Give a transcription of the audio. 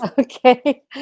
Okay